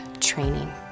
training